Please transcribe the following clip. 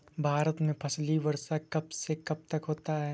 भारत में फसली वर्ष कब से कब तक होता है?